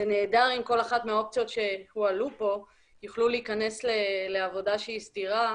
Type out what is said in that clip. זה נהדר אם כל אחת מהאופציות שהועלו פה יוכלו להיכנס לעבודה סדירה,